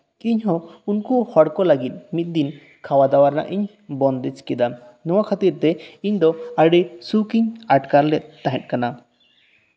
ᱤᱧ ᱦᱚᱸ ᱩᱱᱠᱩ ᱦᱚᱲ ᱠᱚ ᱞᱟᱹᱜᱤᱫ ᱢᱤᱫ ᱫᱤᱱ ᱠᱷᱟᱣᱟᱼᱫᱟᱣᱟ ᱨᱮᱭᱟᱜ ᱤᱧ ᱵᱚᱱᱫᱮᱡ ᱠᱮᱫᱟ ᱱᱚᱶᱟ ᱠᱷᱟᱹᱛᱤᱨ ᱛᱮ ᱤᱧ ᱫᱚ ᱟᱹᱰᱤ ᱥᱩᱠᱤᱧ ᱟᱴᱠᱟᱨ ᱞᱮᱫ ᱛᱟᱦᱮᱸᱫ ᱠᱟᱱᱟ